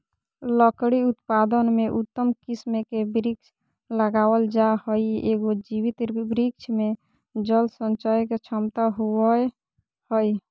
लकड़ी उत्पादन में उत्तम किस्म के वृक्ष लगावल जा हई, एगो जीवित वृक्ष मे जल संचय के क्षमता होवअ हई